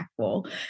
impactful